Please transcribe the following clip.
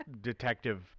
detective